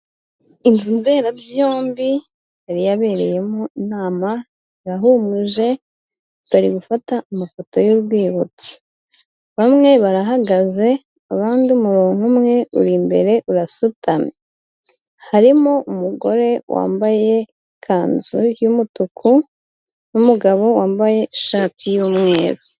Inzu mberabyombi yari yabereyemo inama irahumuje bari gufata amafoto y'urwibutso. Bamwe barahagaze abandi murongo umwe uri imbere urasutamye harimo umugore wambaye ikanzu y'umutuku n'umugabo wambaye ishati y'umweru